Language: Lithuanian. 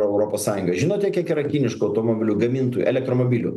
europos sąjungoj žinote kiek yra kiniškų automobilių gamintojų elektromobilių